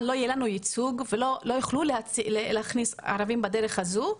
לא יהיה לנו ייצוג ולא יוכלו להכניס ערבים בדרך הזו,